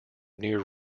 near